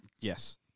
Yes